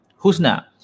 Husna